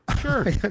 Sure